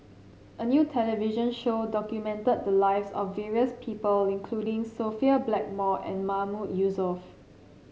a new television show documented the lives of various people including Sophia Blackmore and Mahmood Yusof